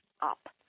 up